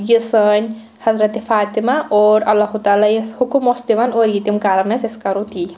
یہِ سٲنۍ حضرتِ فاطمہ اور اللہُ تعالیٰ یَتھ حُکُم اوس دِوان اور یہِ تِم کرن ٲسۍ أسۍ کَرو تی